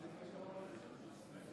אם אתה נותן לי עוד משפט אחד על חשבון הנאום